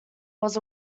was